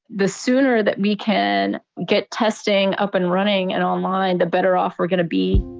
the sooner that we can get testing up and running and online, the better off we're going to be